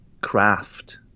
craft